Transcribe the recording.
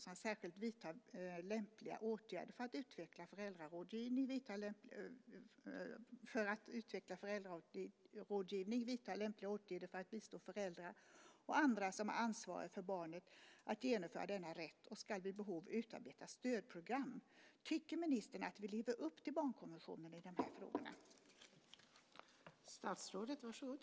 De ska särskilt vidta lämpliga åtgärder för att utveckla föräldrarådgivning, vidta lämpliga åtgärder för att bistå föräldrar och andra som är ansvariga för barnet att genomföra denna rätt. De ska vid behov utarbeta stödprogram. Tycker ministern att vi lever upp till barnkonventionen i dessa frågor?